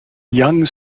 young